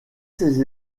ses